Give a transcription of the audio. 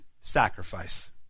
sacrifice